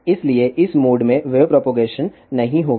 इसलिए इस मोड में वेव प्रोपगेशन नहीं होगा